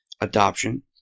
adoption